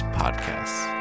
podcasts